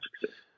success